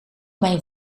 mijn